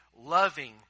loving